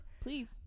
Please